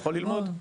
יכול ללמוד?